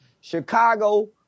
Chicago